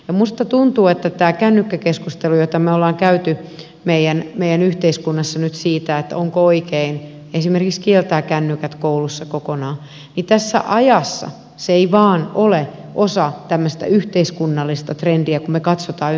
minusta tuntuu että tämä kännykkäkeskustelu jota me olemme käyneet meidän yhteiskunnassamme nyt siitä onko oikein esimerkiksi kieltää kännykät koulussa kokonaan ei tässä ajassa vain ole osa tämmöistä yhteiskunnallista trendiä kun me katsomme ympärillemme